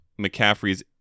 McCaffrey's